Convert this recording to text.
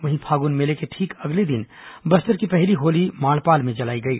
वहीं फागुन मेले के ठीक अगले दिन बस्तर की पहली होली माड़पाल में जलाई गई